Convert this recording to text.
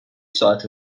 ساعت